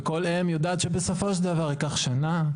וכול אם יודעת שבסופו של דבר ייקח שנה,